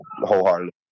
wholeheartedly